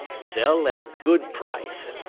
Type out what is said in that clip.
sell at a good price,